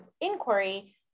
inquiry